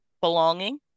belonging